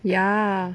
ya